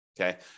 Okay